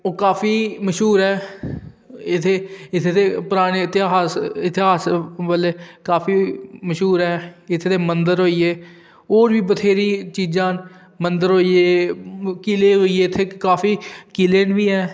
ओह् काफी मश्हूर इत्थें पराने इतिहास बेल्लै काफी मशहूर ऐ इत्थें दे मंदर होइये होर बी बथ्हेरी चीज़ां न मंदर होइये किले होइये इत्थें काफी किले बी हैन